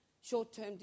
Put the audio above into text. short-term